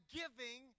giving